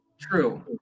True